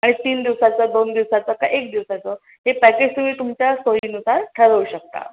आणि तीन दिवसाचं दोन दिवसाचं का एक दिवसाचं हे पॅकेज तुम्ही तुमच्या सोयीनुसार ठरवू शकता